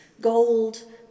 gold